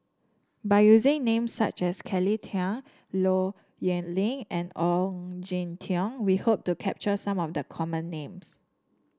by using names such as Kelly Tang Low Yen Ling and Ong Jin Teong we hope to capture some of the common names